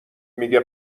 میگه